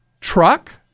Truck